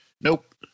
Nope